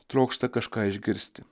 trokšta kažką išgirsti